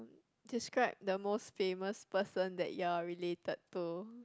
describe the most famous person that you are related to